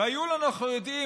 והיה לנו, אנחנו יודעים,